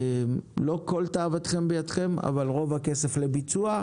לא כל תאוותכם בידכם, אבל רוב הכסף לביצוע.